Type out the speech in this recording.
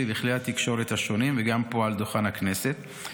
בכלי התקשורת השונים וגם פה על דוכן הכנסת,